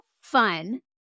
fun